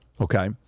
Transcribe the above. okay